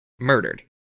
Murdered